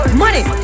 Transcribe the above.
money